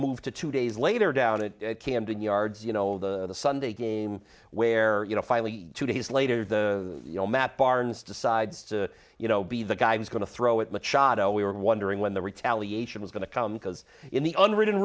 move to two days later down the camden yards you know the sunday game where you know finally two days later the matt barnes decides to you know be the guy who's going to throw it machado we were wondering when the retaliation was going to come because in the underwritten